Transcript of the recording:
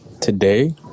today